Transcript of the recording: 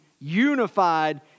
unified